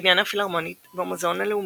בניין הפילהרמונית והמוזיאון הלאומי,